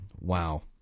Wow